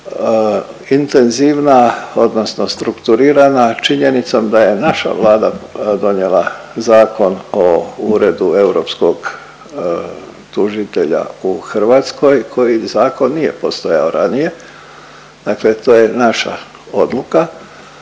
intenzivna odnosno strukturirana činjenicom da je naša Vlada donijela Zakon o Uredu europskog tužitelja u Hrvatskoj koji zakon nije postojao ranije, dakle to je naša odluka.